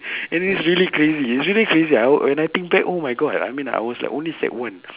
and it's really crazy it's really crazy ah when I think back oh my god I mean I was like only sec one